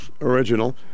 original